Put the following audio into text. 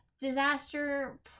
disaster